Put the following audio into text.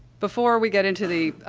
before we get into the, ah,